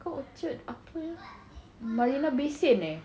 bukan orchard apa ya marina bay sand eh